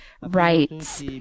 rights